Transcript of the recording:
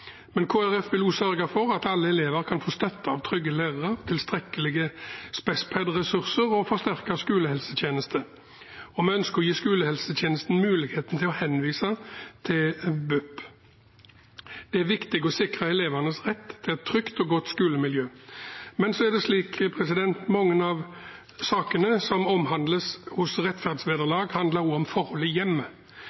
vil også sørge for at alle elever kan få støtte av trygge lærere, tilstrekkelig med spespedressurser og forsterket skolehelsetjeneste, og vi ønsker å gi skolehelsetjenesten muligheten til å henvise til BUP. Det er viktig å sikre elevenes rett til et trygt og godt skolemiljø.